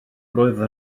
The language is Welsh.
roedd